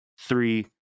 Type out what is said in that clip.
Three